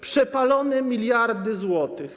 Przepalone miliardy złotych.